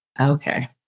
Okay